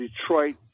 Detroit